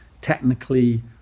technically